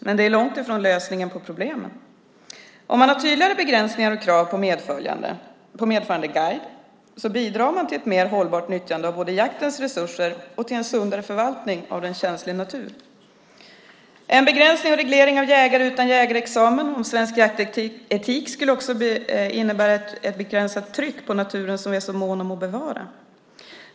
Men det är långt ifrån lösningen på problemen. Om det finns tydligare begränsningar och krav på medföljande guide bidrar man både till ett mer hållbart nyttjande av jaktens resurser och till en sundare förvaltning av en känslig natur. En begränsning och reglering av jägare utan jägarexamen och en svensk jaktetik skulle också innebära ett begränsat tryck på naturen, som vi är så måna om att bevara.